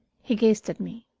he gazed at me.